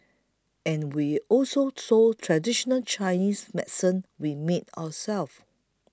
and we also sold traditional Chinese medicine we made ourselves